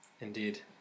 Indeed